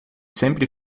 sempre